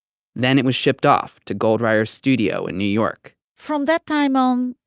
then it was shipped off to goldreyer's studio in new york from that time um